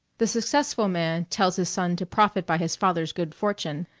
the successful man tells his son to profit by his father's good fortune,